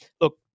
look